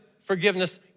forgiveness